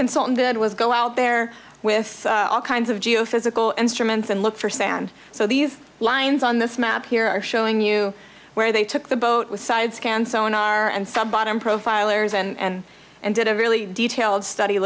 consultant did was go out there with all kinds of geophysical instruments and look for sand so these lines on this map here are showing you where they took the boat with sidescan sonar and some bottom profilers and and did a really detailed study